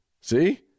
see